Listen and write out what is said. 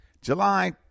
July